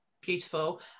Beautiful